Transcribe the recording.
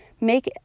make